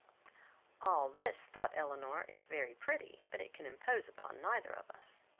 all this, thought elinor, is very pretty but it can impose upon neither of us.